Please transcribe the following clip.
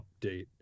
update